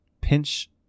pinch